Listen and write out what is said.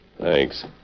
Thanks